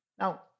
Now